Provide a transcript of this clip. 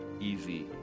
easy